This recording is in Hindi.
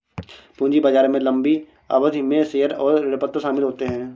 पूंजी बाजार में लम्बी अवधि में शेयर और ऋणपत्र शामिल होते है